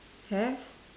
have